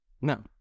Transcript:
no